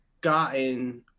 gotten